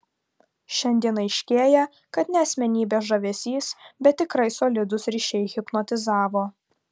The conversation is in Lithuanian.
šiandien aiškėja kad ne asmenybės žavesys bet tikrai solidūs ryšiai hipnotizavo